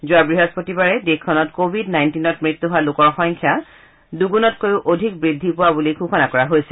যোৱা বৃহস্পতিবাৰে দেশখনত কৱিড নাইণ্টিনত মৃত্যু হোৱা লোকৰ সংখ্যা দুগুনতকৈও অধিক বৃদ্ধি পোৱা বুলি ঘোষণা কৰা হৈছিল